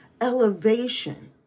elevation